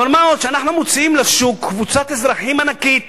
אבל אנחנו מוציאים לשוק קבוצת אזרחים ענקית